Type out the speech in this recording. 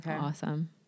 awesome